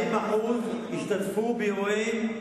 40% השתתפו באירועים,